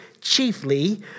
chiefly